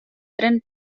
tren